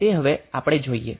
તે હવે આપણે જોઈએ